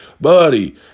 buddy